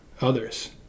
others